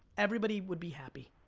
everybody would be happy.